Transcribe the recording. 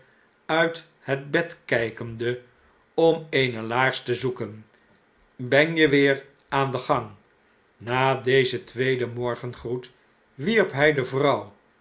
uit het bed kpende om eene laars te zoeken ben je weer aan den gang na dezen tweeden morgengroet wierp hij de vrouw